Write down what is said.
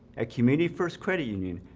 a committee first credit union.